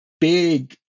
big